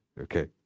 Okay